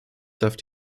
darf